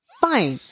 Fine